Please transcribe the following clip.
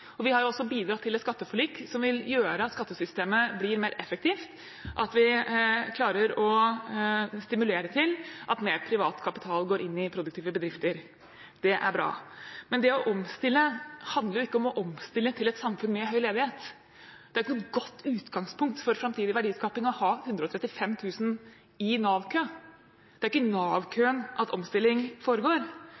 Vi har også bidratt til et skatteforlik som vil gjøre at skattesystemet blir mer effektivt, at vi klarer å stimulere til at mer privat kapital går inn i produktive bedrifter. Det er bra. Men det å omstille handler jo ikke om å omstille til et samfunn med høy ledighet. Det er ikke noe godt utgangspunkt for framtidig verdiskaping å ha 135 000 i Nav-kø. Det er ikke